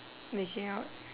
making out